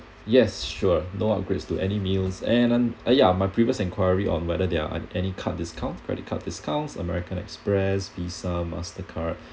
yes sure no upgrades to any meals and um yeah my previous enquiry on whether there are any card discount credit card discounts american express visa mastercard